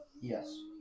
Yes